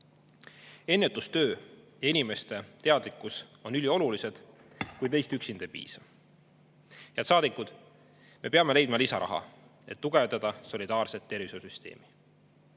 peab. Ennetustöö ja inimeste teadlikkus on üliolulised, kuid neist üksinda ei piisa. Head saadikud, me peame leidma lisaraha, et tugevdada solidaarset tervishoiusüsteemi.